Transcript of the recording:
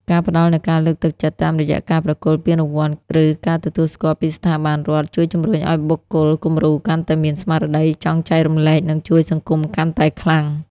ការផ្ដល់នូវការលើកទឹកចិត្តតាមរយៈការប្រគល់ពានរង្វាន់ ឬការទទួលស្គាល់ពីស្ថាប័នរដ្ឋ ជួយជំរុញឱ្យបុគ្គលគំរូកាន់តែមានស្មារតីចង់ចែករំលែក និងជួយសង្គមកាន់តែខ្លាំង។